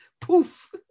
Poof